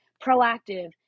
proactive